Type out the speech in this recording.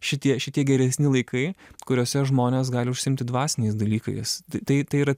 šitie šitie geresni laikai kuriuose žmonės gali užsiimti dvasiniais dalykais tai tai yra